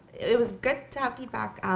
it was good to have feedback,